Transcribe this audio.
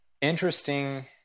Interesting